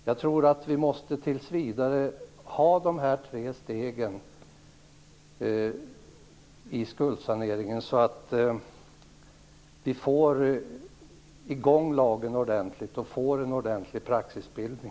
Jag tror att vi tills vidare måste ha dessa tre steg i skuldsaneringen så att vi får i gång lagen ordentligt och får en ordentlig praxisbildning.